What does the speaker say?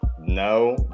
no